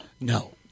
No